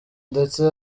ndetse